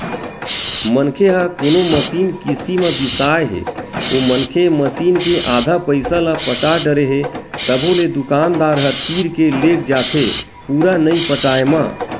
मनखे ह कोनो मसीन किस्ती म बिसाय हे ओ मनखे मसीन के आधा पइसा ल पटा डरे हे तभो ले दुकानदार ह तीर के लेग जाथे पुरा नइ पटाय म